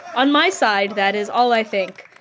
on my side, that is all i think,